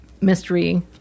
mystery